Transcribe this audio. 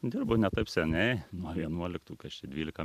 dirbu ne taip seniai nuo vienuoliktų kas čia dvylika